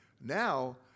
Now